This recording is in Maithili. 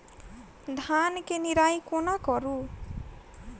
धान केँ निराई कोना करु?